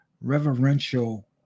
reverential